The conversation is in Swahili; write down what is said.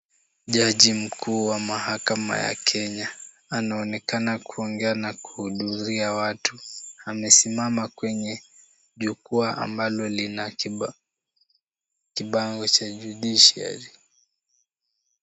Jaji mkuu wa mahakama ya Kenya, anaonekana kuongea na kuzungumzia watu amesimama kwenye jukwaa ambalo lina kibango cha judiciary .